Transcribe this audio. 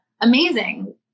Amazing